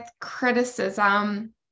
criticism